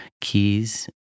keys